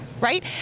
right